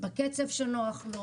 בקצב שנוח לו,